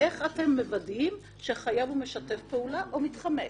איך אתם מוודאים, שחייב הוא משתף פעולה או מתחמק?